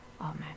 amen